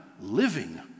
living